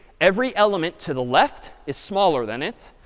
every element to the left is smaller than it.